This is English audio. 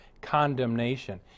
condemnation